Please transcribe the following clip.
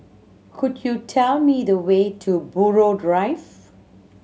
could you tell me the way to Buroh Drive